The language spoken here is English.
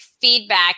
feedback